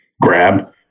grab